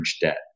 debt